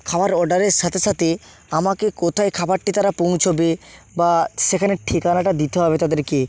খাওয়ার অর্ডারের সাথে সাথে আমাকে কোথায় খাবারটি তারা পৌঁছবে বা সেখানের ঠিকানাটা দিতে হবে তাদেরকে